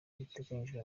biteganyijwe